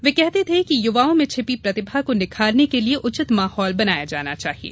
वे कहते थे कि युवाओं में छिपी प्रतिभा को निखारने के लिए उचित माहौल बनाया जाना चाहिये